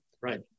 Right